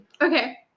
Okay